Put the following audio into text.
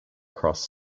cross